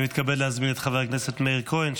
אני מתכבד להזמין את חבר הכנסת מאיר כהן,